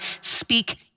speak